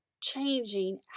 Changing